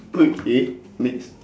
eh next